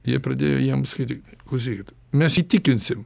jie pradėjo jiems skaityti klausykit mes įtikinsim